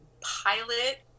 pilot